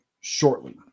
shortly